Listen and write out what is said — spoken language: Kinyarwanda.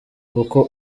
kuko